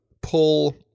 pull